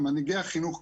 על מנהיגי החינוך,